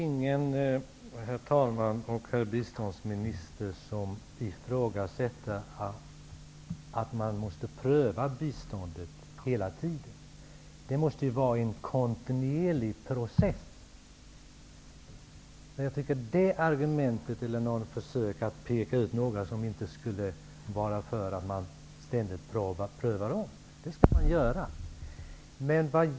Herr talman! Herr biståndsminister! Det är ingen som ifrågasätter att man måste pröva biståndet hela tiden. Det måste ju vara en kontinuerlig process. Att peka ut några som inte är för att vi ständigt skall ompröva är inget bra försök. Vi skall ompröva biståndet.